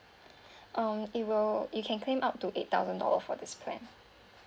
um it will you can claim up to eight thousand dollars for this plan